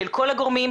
של כל הגורמים,